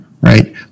Right